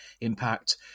impact